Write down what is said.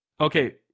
Okay